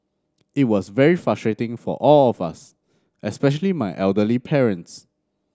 it was very frustrating for all of us especially my elderly parents